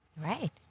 Right